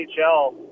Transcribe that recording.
NHL